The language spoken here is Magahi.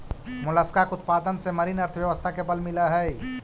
मोलस्का के उत्पादन से मरीन अर्थव्यवस्था के बल मिलऽ हई